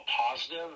positive